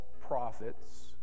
prophets